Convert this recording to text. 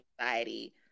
anxiety